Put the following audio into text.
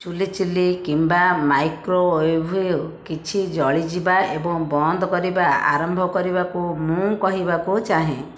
ଚୁଲ୍ହି ଚିଲି କିମ୍ବା ମାଇକ୍ରୋୱେଭ୍ କିଛି ଜଳିଯିବା ଏବଂ ବନ୍ଦ କରିବା ଆରମ୍ଭ କରିବାକୁ ମୁଁ କହିବାକୁ ଚାହେଁ